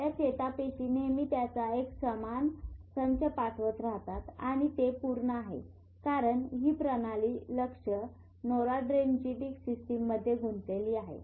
या चेतापेशी नेहमी त्याचा एक समान संच पाठवत राहतात आणि ते पूर्ण आहे कारण ही प्रणाली लक्ष नोराड्रेनर्जिक सिस्टममध्ये गुंतलेली आहे